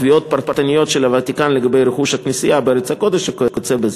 תביעות פרטניות של הוותיקן לגבי רכוש הכנסייה בארץ הקודש וכיוצא בזה.